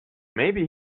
maybe